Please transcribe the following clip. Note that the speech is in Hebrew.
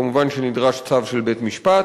כמובן שנדרש צו של בית-משפט.